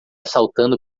saltando